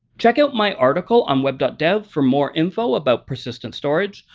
check out my article on web dev for more info about persistent storage,